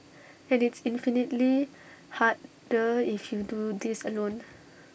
and it's infinitely harder if you do this alone